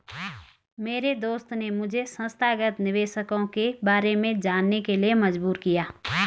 मेरे दोस्त ने मुझे संस्थागत निवेशकों के बारे में जानने के लिए मजबूर किया